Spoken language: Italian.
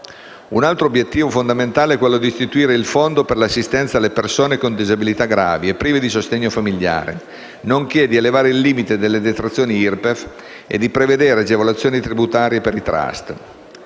Un altro obiettivo fondamentale è quello di istituire il Fondo per l'assistenza alle persone con disabilità gravi e prive del sostegno familiare, nonché di elevare il limite delle detrazioni IRPEF e di prevedere agevolazioni tributarie per i *trust*.